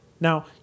Now